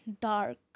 dark